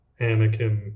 anakin